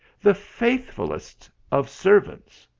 the faithfulest of servants!